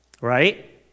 right